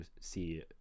see